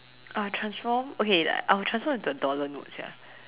I will transform okay I will transform into a dollar note sia